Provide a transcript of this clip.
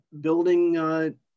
building